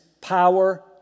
power